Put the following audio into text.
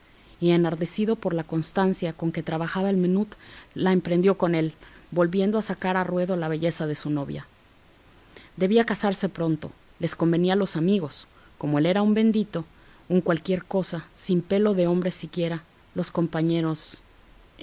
y enardecido por la constancia con que trabajaba el menut la emprendió con él volviendo a sacar a ruedo la belleza de su novia debía casarse pronto les convenía a los amigos como él era un bendito un cualquier cosa sin pelo de hombre siquiera los compañeros